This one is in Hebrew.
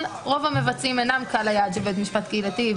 רוב המבצעים אינם קהל היעד של בית משפט קהילתי.